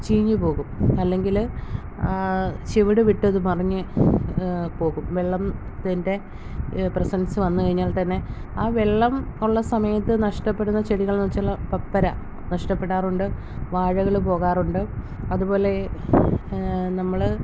ചീഞ്ഞുപോകും അല്ലെങ്കിൽ ചുവട് വിട്ടത് മറിഞ്ഞ് പോകും വെള്ളത്തിൻ്റെ പ്രസൻസ് വന്നുകഴിഞ്ഞാൽ തന്നെ ആ വെള്ളം ഉള്ള സമയത്ത് നഷ്ടപ്പെടുന്ന ചെടികൾ എന്ന് വെച്ചാൽ പപ്പര നഷ്ടപ്പെടാറുണ്ട് വാഴകൾ പോകാറുണ്ട് അതുപോലെ നമ്മൾ